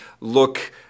look